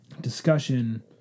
discussion